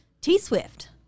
T-Swift